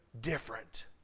different